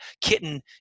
kitten